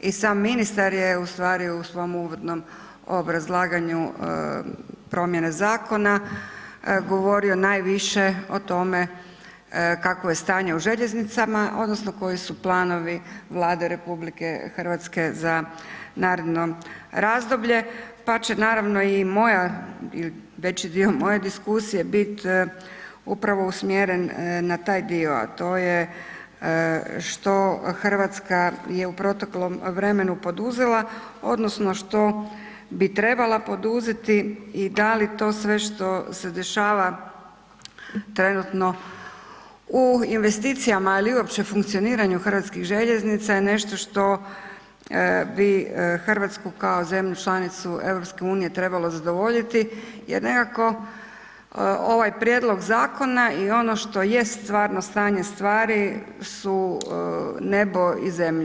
i sam ministar je ustvari u svom uvodnom obrazlaganju promijene zakona govorio najviše o tome kakvo je stanje u željeznicama odnosno koji su planovi Vlade RH za naredno razdoblje, pa će naravno i moja i veći dio moje diskusije bit upravo usmjeren na taj dio, a to je što RH je u proteklom vremenu poduzela, odnosno što bi trebala poduzeti i da li to sve što se dešava trenutno u investicijama ili uopće funkcioniranju Hrvatskih željeznica je nešto što bi Hrvatsku kao zemlju članicu EU trebalo zadovoljiti jer nekako ovaj prijedlog zakona i ono što je stvarno stanje stvari su nebo i zemlja.